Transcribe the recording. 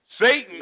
Satan